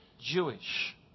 jewish